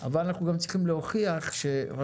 אבל אנחנו גם צריכים להוכיח שרשויות